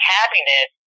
happiness